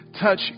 Touch